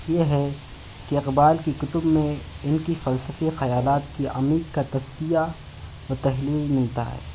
یہ ہے کہ اقبال کی کتب میں ان کی فلسفی خیالات کی عمیق کا تزکیہ و تحلیل ملتا ہے